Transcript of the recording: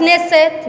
הכנסת,